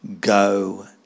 go